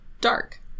dark